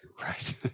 right